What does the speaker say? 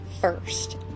first